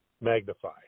magnify